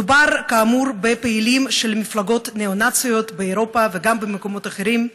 מדובר כאמור בפעילים של מפלגות ניאו-נאציות באירופה וגם במקומות אחרים.